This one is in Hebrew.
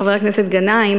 חבר הכנסת גנאים,